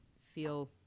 feel